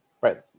Right